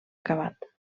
acabat